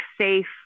safe